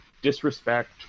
disrespect